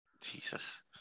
Jesus